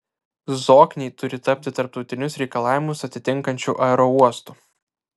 zokniai turi tapti tarptautinius reikalavimus atitinkančiu aerouostu